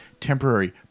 temporary